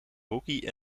hockey